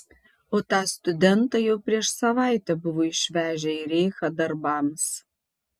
o tą studentą jau prieš savaitę buvo išvežę į reichą darbams